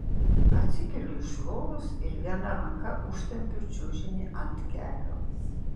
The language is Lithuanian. atsikeliu iš lovos ir viena ranka užtempiu čiužinį ant kelio